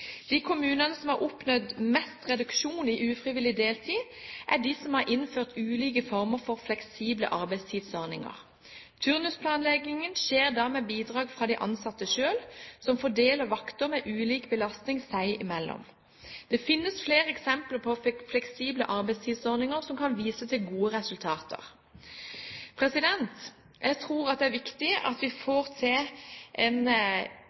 De kommunene som har oppnådd mest reduksjon i ufrivillig deltid, er de som har innført ulike former for fleksible arbeidstidsordninger. Turnusplanleggingen skjer da med bidrag fra de ansatte selv, som fordeler vakter med ulik belastning seg imellom. Det finnes flere eksempler på fleksible arbeidstidsordninger som kan vise til gode resultater. Jeg tror det er viktig med en innsats for å få slutt på den ufrivillige deltiden. Det er en